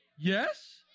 Yes